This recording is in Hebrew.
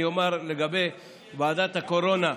אני אומר לגבי ועדת הקורונה.